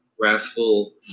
wrathful